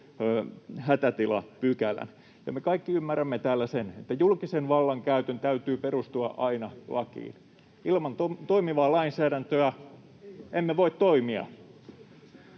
Me kaikki ymmärrämme täällä sen, että julkisen vallankäytön täytyy perustua aina lakiin. Ilman toimivaa lainsäädäntöä emme voi toimia.